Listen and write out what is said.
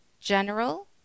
general